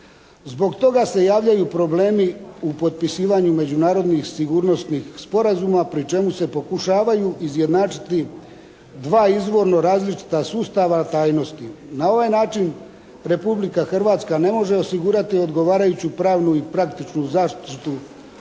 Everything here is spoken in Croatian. Zbog toga se javljaju problemi u potpisivanju međunarodnih sigurnosnih sporazuma pri čemu se pokušavaju izjednačiti dva izvorno različita sustava tajnosti. Na ovaj način Republika Hrvatska ne može osigurati odgovarajuću pravnu i praktičnu zaštitu